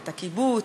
את הקיבוץ,